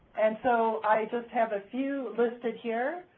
and so i just have a few listed here.